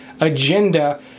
agenda